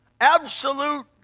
absolute